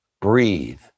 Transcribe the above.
breathe